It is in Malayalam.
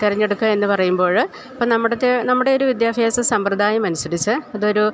തിരഞ്ഞെടുക്കുക എന്ന് പറയുമ്പോഴ് ഇപ്പം നമ്മടെത്തെ നമ്മുടെ ഒരു വിദ്യാഭ്യാസ സമ്പ്രദായമനുസരിച്ച് അതൊരു